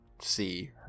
see